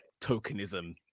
tokenism